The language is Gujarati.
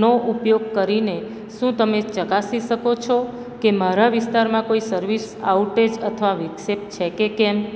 નો ઉપયોગ કરીને શું તમે ચકાસી સકો છો કે મારા વિસ્તારમાં કોઈ સર્વિસ આઉટેજ અથવા વિક્ષેપ છેકે કેમ